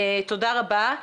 תודה רבה.